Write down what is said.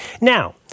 Now